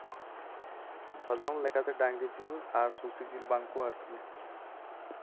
ᱥᱟᱫᱷᱟᱨᱚᱱ ᱞᱮᱠᱟᱛᱮ ᱰᱟᱝᱨᱤ ᱡᱤᱞ ᱟᱨ ᱥᱩᱠᱨᱤ ᱡᱤᱞ ᱵᱟᱝ ᱠᱚ ᱟᱹᱲᱛᱤᱭᱟ